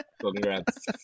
congrats